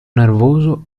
nervoso